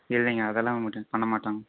இல்லைங்க அதெல்லாம் மாட்டோங்க பண்ணமாட்டோங்க